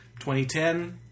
2010